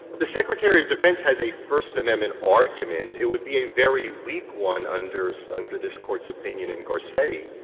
the secretary of defense has a first amendment argument. it would be a very weak one under so under this court's opinion in garcetti.